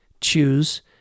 Choose